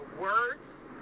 words